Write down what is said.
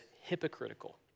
hypocritical